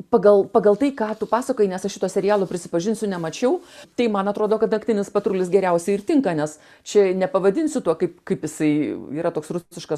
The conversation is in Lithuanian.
pagal pagal tai ką tu pasakojai nes šito serialo prisipažinsiu nemačiau tai man atrodo kad naktinis patrulis geriausiai ir tinka nes čia nepavadinsi tuo kaip kaip jisai yra toks rusiškas